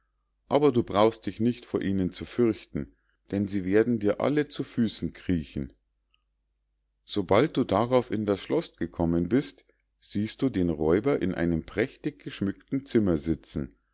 aber du brauchst dich nicht vor ihnen zu fürchten denn sie werden dir alle zu füßen kriechen sobald du darauf in das schloß gekommen bist siehst du den räuber in einem prächtig geschmückten zimmer sitzen